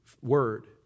word